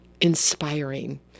inspiring